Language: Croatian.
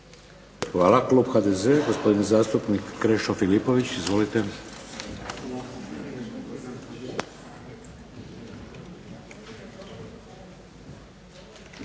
Hvala. Klub HDZ-a, gospodin zastupnik Krešo Filipović. Izvolite.